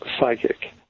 psychic